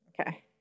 Okay